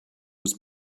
was